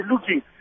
looking